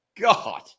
God